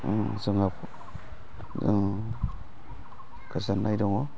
जोङो गोजोननाय दङ